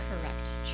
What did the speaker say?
correct